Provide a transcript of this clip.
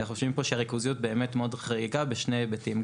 אנחנו חושבים שהריכוזיות פה היא באמת מאוד חריגה בשני היבטים,